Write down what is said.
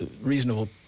reasonable